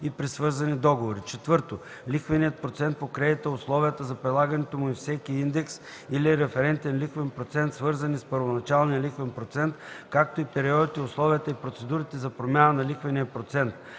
и при свързани договори; 4. лихвения процент по кредита, условията за прилагането му и всеки индекс или референтен лихвен процент, свързани с първоначалния лихвен процент, както и периодите, условията и процедурите за промяна на лихвения процент;